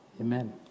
Amen